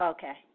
Okay